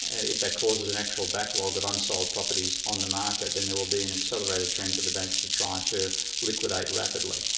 ah if that causes an actual backlog of unsold properties on the market, then there will be an accelerated trend for the banks to try to liquidate rapidly,